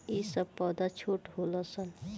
ई सब पौधा छोट होलन सन